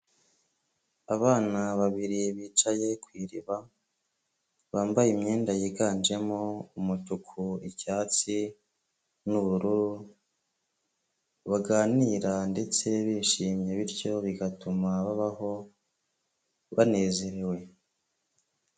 Abana babiri bicaye ku iriba, bambaye imyenda yiganjemo umutuku, icyatsi n'ubururu, baganira ndetse bishimye bityo bigatuma babaho banezerewe.